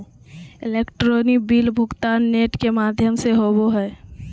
electronic bill भुगतान net के माघ्यम से होवो हइ